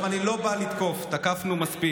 עכשיו, אני לא בא לתקוף, תקפנו מספיק.